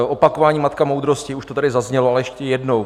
Opakování matka moudrosti už to tady zaznělo, ale ještě jednou.